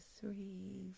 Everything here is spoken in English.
three